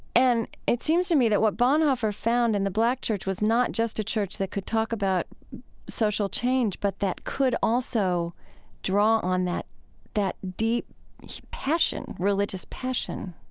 and it seems to me that what bonhoeffer found in the black church was not just a church that could talk about social change but that could also draw on that that deep passion, passion, religious passion